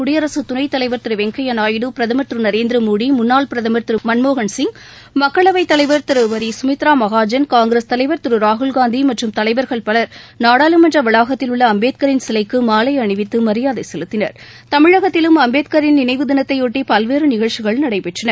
குடியரசு துணைத் தலைவர் திரு வெங்கையா நாயுடு பிரதமர் திரு நரேந்திர மோடி முன்னாள் பிரதமர் திரு மன்மோகன் சிங் மக்களவைத் தலைவர் திருமதி சுமித்ரா மகாஜன் காங்கிரஸ் தலைவர் திரு ராகுல்காந்தி மற்றும் தலைவர்கள் பலர் நாடாளுமன்ற வளாகத்தில் உள்ள அம்பேத்கரின் சிலைக்கு மாலை அணிவித்து மரியாதை செலுத்தினர் தமிழகத்திலும் அம்பேத்கரின் நினைவு தினத்தையொட்டி பல்வேறு நிகழ்ச்சிகள் நடைபெற்றன